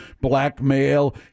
blackmail